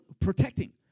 Protecting